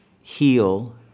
heal